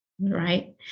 right